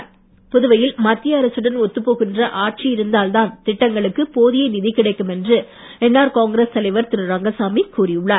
ரங்கசாமி புதுவையில் மத்திய அரசுடன் ஒத்துப்போகின்ற ஆட்சி இருந்தால் தான் திட்டங்களுக்கு போதிய நிதி கிடைக்கும் என்று என்ஆர் காங்கிரஸ் தலைவர் திரு ரங்கசாமி கூறி உள்ளார்